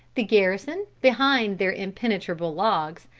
the garrison, behind their impenetrable logs,